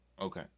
Okay